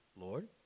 Lord